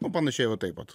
nu panašiai va taip vat